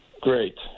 Great